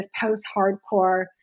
post-hardcore